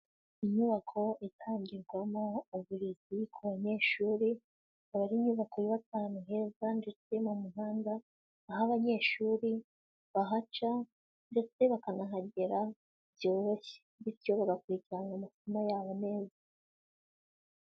Inyubako itangirwamo uburezi ku banyeshuri, akaba ari inyubako yubatse ahantu heza ndetse n'umuhanda, aho abanyeshuri bahaca ndetse bakanahagera byoroshye. Bityo bagakurikirana amasomo yabo neza.